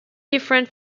different